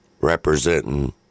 representing